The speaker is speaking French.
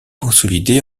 consolidé